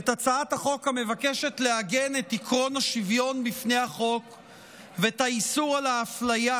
את הצעת החוק המבקשת לעגן את עקרון השוויון בפני החוק ואת איסור האפליה